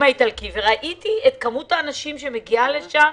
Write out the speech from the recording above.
האיטלקי וראיתי את כמות האנשים שמגיעה לשם,